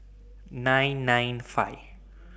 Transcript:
nine nine five